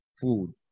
food